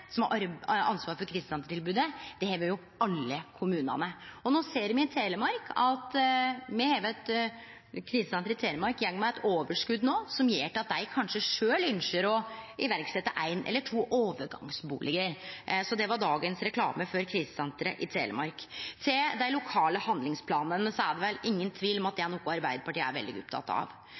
krisesenteret, som har ansvaret for krisesentertilbodet, det har alle kommunane. No ser me at krisesenteret i Telemark går med overskot, som gjer at dei kanskje sjølve ynskjer å setje i verk ein eller to overgangsbustader. Det var dagens reklame for krisesenteret i Telemark! Til dei lokale handlingsplanane: Det er vel ingen tvil om at det er noko Arbeidarpartiet er veldig oppteke av.